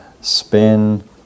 spin